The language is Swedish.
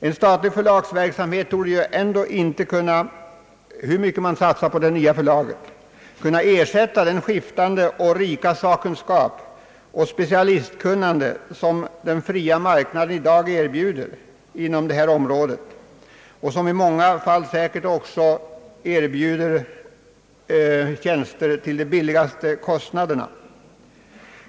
En statlig förlagsverksamhet torde ändå inte, hur mycket man än satsar på det nya förlaget, kunna ersätta den skiftande och rika sakkunskap samt det specialistkunnande, som den fria marknaden i dag erbjuder inom detta område och som i många fall säkert också erbjuder tjänster till de lägsta kostnaderna.